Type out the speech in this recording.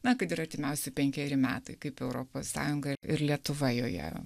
na kad ir artimiausi penkeri metai kaip europos sąjunga ir lietuva joje